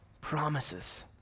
promises